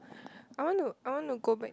I want to I want to go back